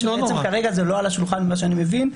כשבעצם כרגע זה לא על השולחן ממה שאני מבין.